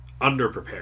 underprepared